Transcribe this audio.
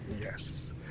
Yes